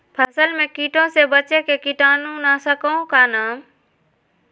फसल में कीटों से बचे के कीटाणु नाशक ओं का नाम?